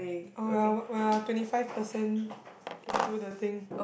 oh we're we're twenty five percent into the thing